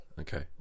Okay